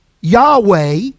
Yahweh